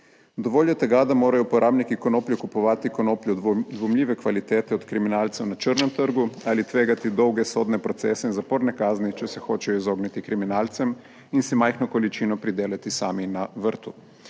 Dovolj je tega, da morajo uporabniki konoplje kupovati konopljo dvomljive kvalitete od kriminalcev na črnem trgu ali tvegati dolge sodne procese in zaporne kazni, če se hočejo izogniti kriminalcem in si majhno količino pridelati sami na vrtu?